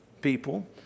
people